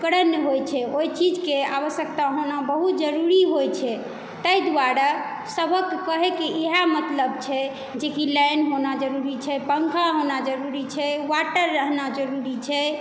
उपकरण होइ छै ओहि चीजके आवश्यकता होना बहुत जरूरी होइ छै ताहि दुआरे सभके कहै के इएह मतलब छै जेकी लाइन होना जरूरी छै पंखा होना जरूरी छै वाटर रहना जरूरी छै